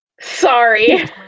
Sorry